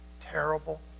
terrible